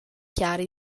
chiari